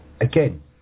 again